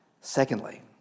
Secondly